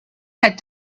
had